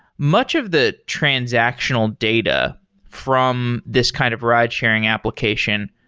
much of the transactional data from this kind of ridesharing application,